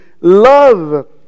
love